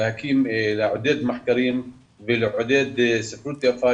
להקים ולעודד מחקרים ולעודד ספרות יפה,